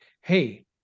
hey